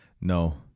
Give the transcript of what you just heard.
no